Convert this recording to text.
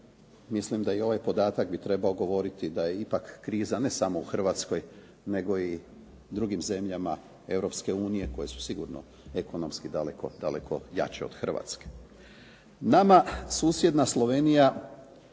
mislim da i ovaj podatak bi trebao govoriti da je ipak kriza ne samo u Hrvatskoj, nego i u drugim zemljama Europske unije koje su sigurno ekonomski daleko, daleko jače od Hrvatske. Nama susjedna Slovenija